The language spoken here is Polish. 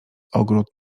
ogród